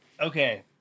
Okay